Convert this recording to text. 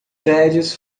prédios